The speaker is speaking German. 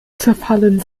zerfallen